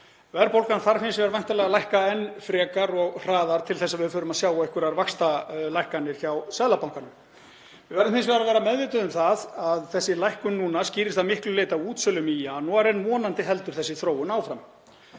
Verðbólgan þarf hins vegar væntanlega að lækka enn frekar og hraðar til að við förum að sjá einhverjar vaxtalækkanir hjá Seðlabankanum. Við verðum hins vegar að vera meðvituð um það að þessi lækkun núna skýrist að miklu leyti af útsölum í janúar en vonandi heldur þessi þróun áfram.